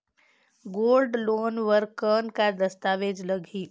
Gold loan बर कौन का दस्तावेज लगही?